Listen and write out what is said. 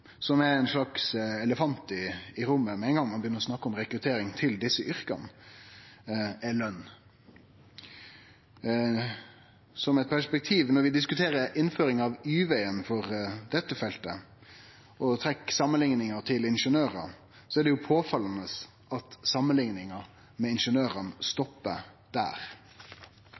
som er ein slags elefant i rommet med ein gong ein begynner å snakke om rekruttering til desse yrka, er løn. Eit perspektiv: Når vi diskuterer innføring av Y-vegen for dette feltet og trekkjer samanlikninga til ingeniørar, er det påfallande at samanlikninga med ingeniørane stoppar der.